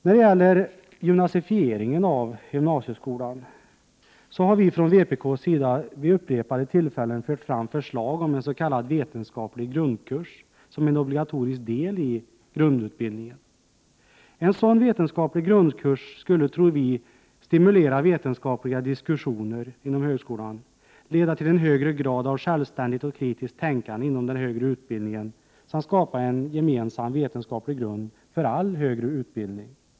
När det gäller ”gymnasifieringen” av gymnasieskolan har vi från vpk:s sida vid upprepade tillfällen fört fram förslag om en s.k. vetenskaplig grundkurs som en obligatorisk del av grundutbildningen. En sådan vetenskaplig grundkurs skulle, tror vi, stimulera vetenskapliga diskussioner inom högskolan, leda till en högre grad av självständighet och kritiskt tänkande inom den högre utbildningen samt till skapandet av en gemensam vetenskaplig grund för all högre utbildning.